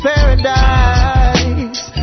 Paradise